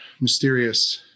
mysterious